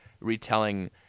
retelling